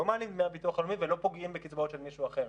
לא מעלים את דמי הביטוח הלאומי ולא פוגעים בקצבאות של מישהו אחר.